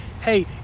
Hey